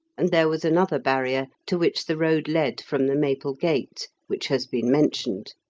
and there was another barrier, to which the road led from the maple gate, which has been mentioned.